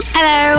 Hello